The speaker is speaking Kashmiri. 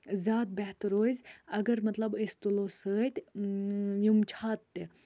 زیادٕ بہتر روزِ اَگر مطلب أسۍ تُلو سۭتۍ یِم چھاتہٕ تہِ